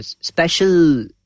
special